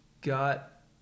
got